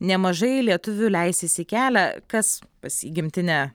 nemažai lietuvių leisis į kelią kas pas į gimtinę